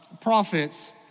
prophets